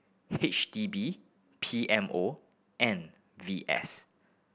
H D B P M O and V S